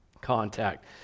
contact